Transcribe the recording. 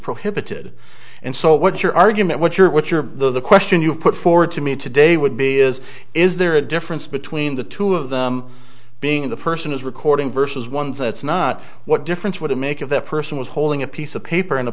prohibited and so what your argument what you're what you're the question you put forward to me today would be is is there a difference between the two of them being the person is recording versus ones that's not what difference would it make if the person was holding a piece of paper and a